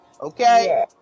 Okay